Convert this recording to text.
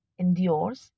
endures